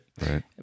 Right